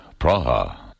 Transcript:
Praha